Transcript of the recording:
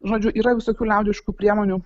žodžiu yra visokių liaudiškų priemonių